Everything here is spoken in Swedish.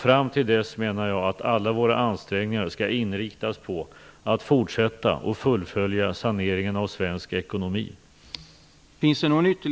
Fram till dess menar jag att alla våra ansträngningar skall inriktas på att fortsätta, och fullfölja, saneringen av svensk ekonomi.